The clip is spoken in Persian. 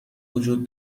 وجود